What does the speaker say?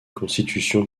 constitution